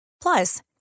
Plus